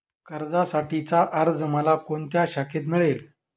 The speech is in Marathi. कर्जासाठीचा अर्ज मला कोणत्या शाखेत मिळेल?